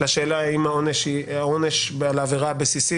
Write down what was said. על השאלה בעונש על העבירה הבסיסית.